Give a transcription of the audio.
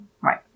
right